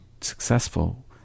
successful